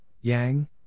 Yang